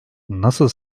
nasıl